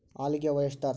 algae, oysters